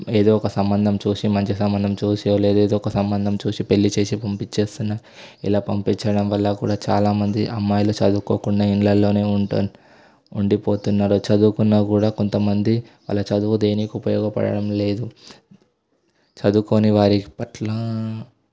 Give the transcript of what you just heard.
ఏదో ఒక సంబంధం చూసి మంచి సంబంధం చూసి ఎవరైతే ఒకరు సంబంధం చూసి పెళ్లి చేసి పంపిచేస్తున్న ఇలా పంపించడం వల్ల కూడా చాలామంది అమ్మాయిలు చదువుకోకుండా ఇళ్ళలోనే ఉంటూ ఉండిపోతున్నారు చదువుకున్న కూడా కొంతమంది అలా చదువు దేనికి ఉపయోగపడడం లేదు చదువుకొని వారికి పట్ల